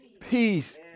peace